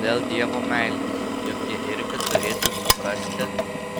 dėl dievo meilės juk ji irgi turėtų suprasti